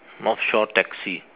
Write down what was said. north shore taxi